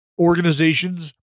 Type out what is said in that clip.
organizations